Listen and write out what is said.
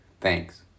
Thanks